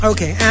Okay